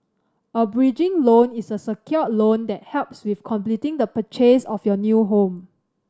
a bridging loan is a secured loan that helps with completing the purchase of your new home